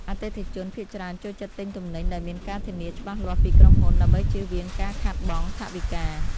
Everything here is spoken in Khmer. អតិថិជនភាគច្រើនចូលចិត្តទិញទំនិញដែលមានការធានាច្បាស់លាស់ពីក្រុមហ៊ុន ដើម្បីជៀសវាងការខាតបង់ថវិកា។